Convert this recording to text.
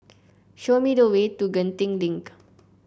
show me the way to Genting Link